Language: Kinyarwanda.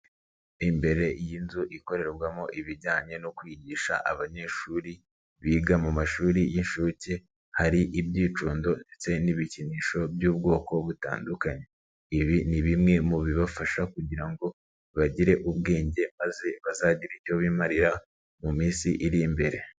Imbere y'inzu ikorerwamo ibijyanye no kwigisha abanyeshuri biga mu mashuri y'inshuke hari ibyicundo ndetse n'ibikinisho by'ubwoko butandukanye, ibi ni bimwe mu bibafasha kugira ngo bagire ubwenge maze bazagire icyo bimarira mu minsi iri imbere.